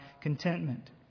contentment